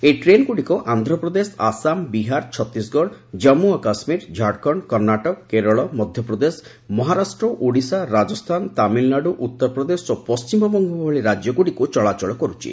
ଏହି ଟ୍ରେନ୍ଗୁଡ଼ିକ ଆନ୍ଧ୍ରପ୍ରଦେଶ ଆସାମ ବିହାର ଛତିଶଗଡ଼ ଜାନ୍ମୁ ଓ କାଶ୍ମୀର ଝାଡ଼ଖଣ୍ଡ କର୍ଷ୍ଣାଟକ କେରଳ ମଧ୍ୟପ୍ରଦେଶ ମହାରାଷ୍ଟ୍ର ଓଡ଼ିଶା ରାଜସ୍ଥାନ ତାମିଲନାଡ଼ୁ ଉତ୍ତରପ୍ରଦେଶ ଓ ପଣ୍ଢିମବଙ୍ଗ ଭଳି ରାଜ୍ୟଗୁଡ଼ିକୁ ଚଳାଚଳ କର୍ୁଛି